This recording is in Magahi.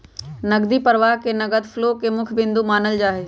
नकदी प्रवाह के नगद फ्लो के मुख्य बिन्दु मानल जाहई